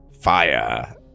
Fire